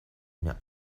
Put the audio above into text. mir